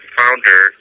founder